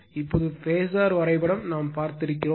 இப்போது பேசர் வரைபடம் நாம் பார்த்திருக்கிறோம்